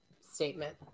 statement